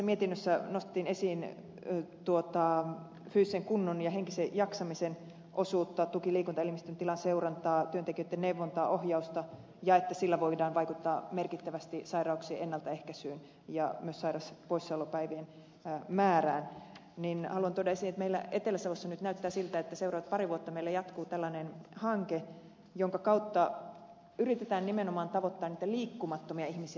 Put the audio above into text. kun tässä mietinnössä nostettiin esiin fyysisen kunnon ja henkisen jaksamisen osuutta tuki ja liikuntaelimistön tilan seurantaa työntekijöitten neuvontaa ohjausta ja sitä että sillä voidaan vaikuttaa merkittävästi sairauksien ennaltaehkäisyyn ja myös sairauspoissaolopäivien määrään niin haluan tuoda esiin että meillä etelä savossa nyt näyttää siltä että seuraavat pari vuotta meillä jatkuu tällainen hanke jonka kautta yritetään nimenomaan tavoittaa niitä liikkumattomia ihmisiä